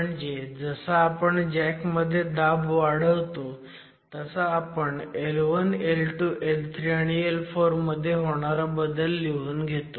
म्हणजे जसा आपण जॅकमध्ये दाब वाढवतो तसा आपण L1 L2 L3 आणि L4 मध्ये होणारा बदल लिहून घेतो